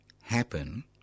happen